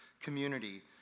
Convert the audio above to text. community